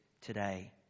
today